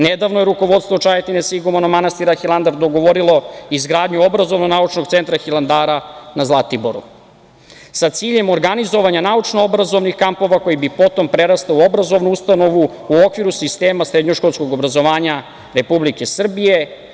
Nedavno je rukovodstvo Čajetine sa igumanom manastira Hilandar dogovorilo izgradnju obrazovno-naučnog centra Hilandara na Zlatiboru sa ciljem organizovanja naučno-obrazovnih kampova koji bi potom prerastao u obrazovnu ustanovu u okviru sistema srednjoškolskog obrazovanja Republike Srbije.